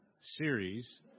series